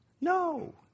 No